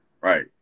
right